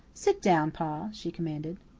sit down, pa, she commanded.